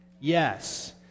Yes